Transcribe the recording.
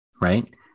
right